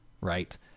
right